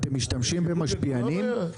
אתם משתמשים במשפיענים?